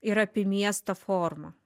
ir apie miestą forma